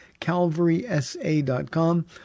calvarysa.com